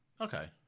Okay